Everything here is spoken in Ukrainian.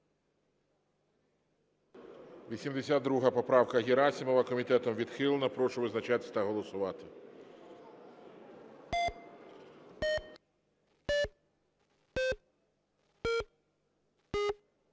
94 поправка Герасимова. Комітетом відхилена. Прошу визначатись та голосувати.